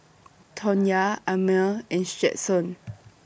Tonya Amir and Stetson